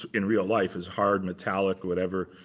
in real life, is hard metallic, whatever.